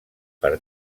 per